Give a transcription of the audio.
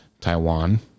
Taiwan